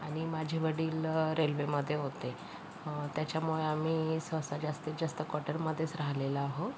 आणि माझे वडील रेल्वेमध्ये होते त्याच्यामुळे आम्ही सहसा जास्तीत जास्त क्वार्टरमध्येच राहिलेलो आहो